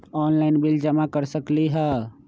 Online bill जमा कर सकती ह?